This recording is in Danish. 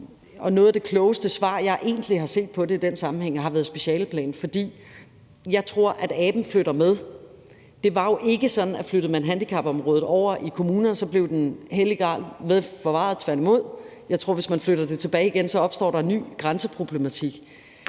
noget af det klogeste svar, jeg egentlig har set på det, har været speialeplanen, for jeg tror, at aben flytter med. Kl. 18:04 Det var jo ikke sådan, at flyttede man handicaområdet over i kommunen, blev den hellige gral velforvaret, tværtimod. Jeg tror, at hvis man flytter det tilbage igen, opstår der en ny grænseproblematik,